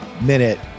minute